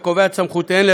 וקובע את סמכויותיהן,